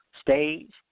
stage